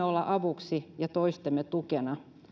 olla avuksi ja toistemme tukena